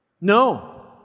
No